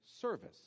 service